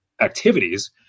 activities